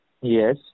Yes